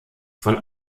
von